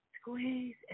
Squeeze